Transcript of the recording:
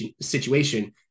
situation